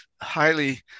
highly